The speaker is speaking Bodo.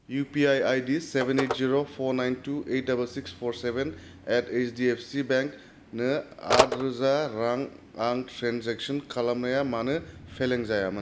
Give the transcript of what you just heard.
U P I ID seven eight zero four nine two eight double six four seven at ओइस डि एफ सि बेंक नो आट रोजा रां आं ट्रेन्जेक्सन खालामनाया मानो फेलें जायामोन